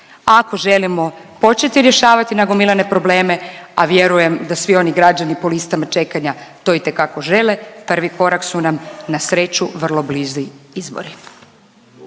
ako želimo početi rješavati nagomilane probleme, a vjerujem da svi oni građani po listama čekanja to itekako žele. Prvi korak su nam na sreću vrlo blizi izbori.